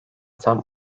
tam